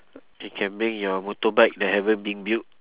you can bring your motorbike that haven't been built